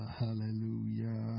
hallelujah